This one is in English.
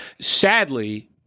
sadly